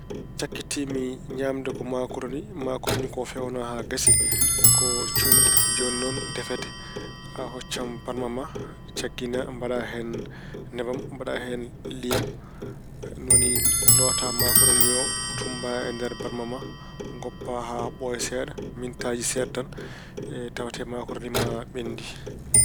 Cakkitii mi ñaamde ko maakoroni. Maakoroni ko feewna haa gasi. Ko conndi. Jooni noon defete. A hoccan barma ma. Caggina, mbaɗa hen lebam, mbaɗa hen liyam. Ni woni moola maakoroni o, tummba e nder barma ma, ngoppa haa ɓooya seeɗa, mintaaji seeɗa tan tawate maakoroni ma ɓenndi.